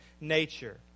nature